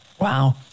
Wow